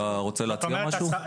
אתה רוצה להציע משהו?